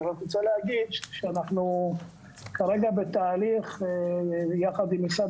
אני רק רוצה להגיד שאנחנו כרגע בתהליך יחד עם משרד